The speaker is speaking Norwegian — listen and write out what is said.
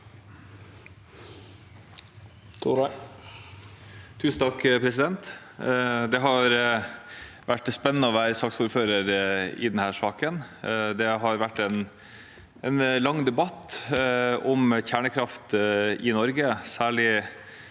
for saken): Det har vært spennende å være saksordfører i denne saken. Det har vært en lang debatt om kjernekraft i Norge. Særlig